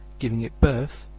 giving it birth,